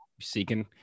seeking